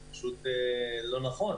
זה פשוט לא נכון.